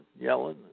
yelling